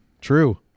True